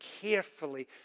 carefully